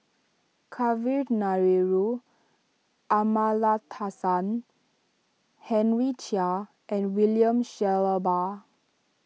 Kavignareru Amallathasan Henry Chia and William Shellabear